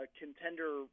contender